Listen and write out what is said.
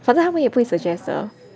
反正他们也不会 suggest 的